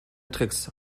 tricks